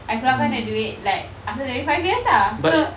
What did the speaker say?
I keluarkan the duit like after twenty five years ah so